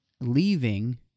leaving